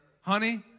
honey